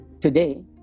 today